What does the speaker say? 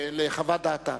ולחוות דעתה.